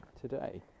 today